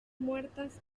muertas